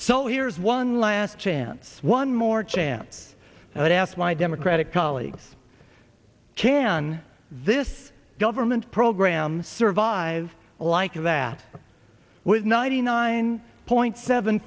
so here's one last chance one more chance and i asked my democratic colleagues can this government program survive like that with ninety nine point seven